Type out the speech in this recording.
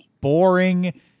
boring